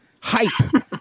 hype